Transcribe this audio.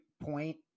point